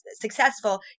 successful